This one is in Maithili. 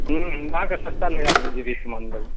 अहाँकऽ सस्ता लगाए देबै